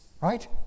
right